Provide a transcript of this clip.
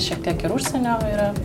šiek tiek ir užsienio yra